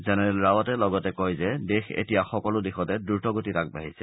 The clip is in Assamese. জেনেৰেল ৰাৱটে লগতে কয় যে দেশ এতিয়া সকলো দিশতে দ্ৰতগতিত আগবাঢ়িছে